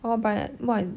orh but what